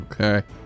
Okay